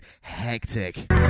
hectic